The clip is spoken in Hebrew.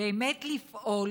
באמת לפעול